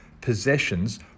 possessions